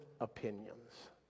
opinions